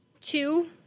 two